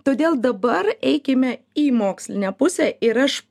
todėl dabar eikime į mokslinę pusę ir aš